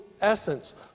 essence